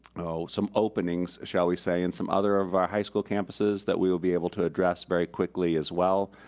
you know some openings, shall we say, in some other of our high school campuses that we will be able to address very quickly as well.